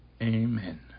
Amen